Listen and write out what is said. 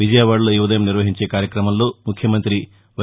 విజయవాడలో ఈఉదయం నిర్వహించే కార్యక్రమంలో ముఖ్యమంత్రి వై